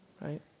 right